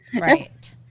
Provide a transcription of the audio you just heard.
right